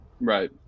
right